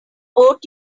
boat